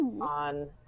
on